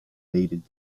evaded